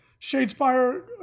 Shadespire